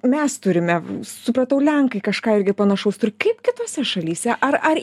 mes turime supratau lenkai kažką irgi panašaus turi kaip kitose šalyse ar ar